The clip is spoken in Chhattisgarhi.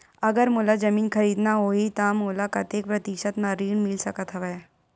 अगर मोला जमीन खरीदना होही त मोला कतेक प्रतिशत म ऋण मिल सकत हवय?